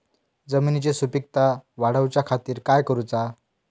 जमिनीची सुपीकता वाढवच्या खातीर काय करूचा?